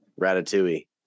Ratatouille